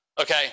okay